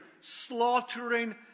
slaughtering